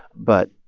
but,